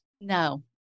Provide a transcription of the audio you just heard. No